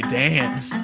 dance